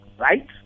Right